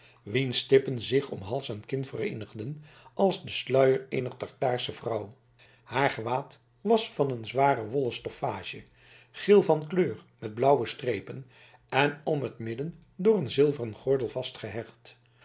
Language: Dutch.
wiens tippen zich om hals en kin vereenigden als de sluier eener tartaarsche vrouw haar gewaad was van een zware wollen stoffage geel van kleur met blauwe strepen en om het midden door een zilveren gordel vastgehecht